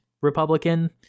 Republican